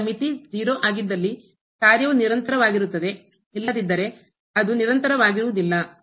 ಇಲ್ಲಿ ಮಿತಿ 0 ಆಗಿದ್ದಲ್ಲಿ ಕಾರ್ಯವು ನಿರಂತರವಾಗಿರುತ್ತದೆ ಇಲ್ಲದಿದ್ದರೆ ಅದು ನಿರಂತರವಾಗಿರುವುದಿಲ್ಲ